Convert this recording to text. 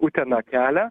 utena kelią